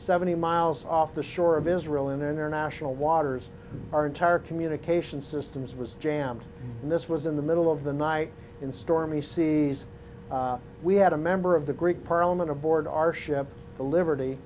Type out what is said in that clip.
seventy miles off the shore of israel in international waters our entire communication systems was jammed and this was in the middle of the night in stormy seas we had a member of the greek parliament aboard our ship the liberty